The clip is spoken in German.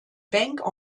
bank